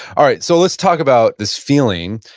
all right, so let's talk about this feeling.